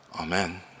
Amen